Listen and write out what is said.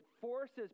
forces